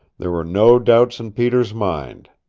there were no doubts in peter's mind.